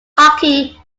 hockey